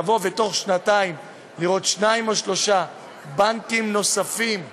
לבוא ותוך שנתיים לראות שניים או שלושה בנקים נוספים בישראל,